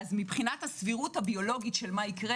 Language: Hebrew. אז מבחינת הסבירות הביולוגית של מה יקרה